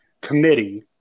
Committee